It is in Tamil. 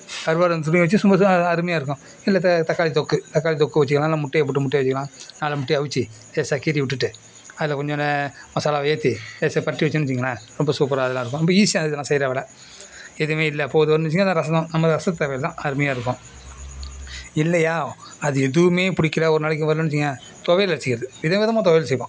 கருவாடு அருமையாக இருக்கும் இல்லை தக்காளி தொக்கு தக்காளி தொக்கு வெச்சுக்கிலாம் இல்லைனா முட்டையை போட்டு முட்டையை வெச்சிக்கலாம் நாலு முட்டையை அவிச்சி லேசாக கீறி விட்டுட்டு அதில் கொஞ்சோண்டு மசாலாவை ஏற்றி லேசாக பிரட்டி வெச்சோம் வெச்சிக்கிங்களேன் ரொம்ப சூப்பராக அதலாம் இருக்கும் ரொம்ப ஈஸி அதலாம் செய்கிற வேலை எதுவும் இல்லை போதுன்னு வெச்சிக்கங்க அதான் ரசம் தான் நம்ம ரசத்தை அருமையாக இருக்கும் இல்லையா அது எதுவுமே பிடிக்கில ஒரு நாளைக்கு வர்லன்னு வெச்சுக்கியேன் துவையல் அரைச்சிக்கிறது விதம் விதமாக துவையல் செய்வோம்